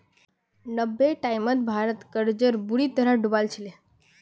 नब्बेर टाइमत भारत कर्जत बुरी तरह डूबाल छिले